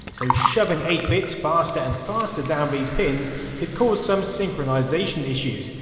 so shoving eight bits faster and faster down these pins could cause some synchronisation issues,